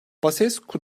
basescu